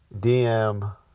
DM